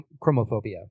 chromophobia